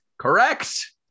Correct